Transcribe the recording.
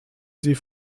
sie